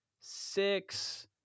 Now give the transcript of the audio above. six